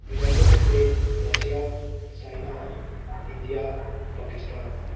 united state Russia China India Pakistan